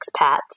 expats